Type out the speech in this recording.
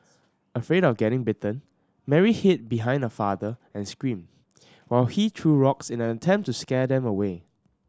afraid of getting bitten Mary hid behind her father and screamed while he threw rocks in an attempt to scare them away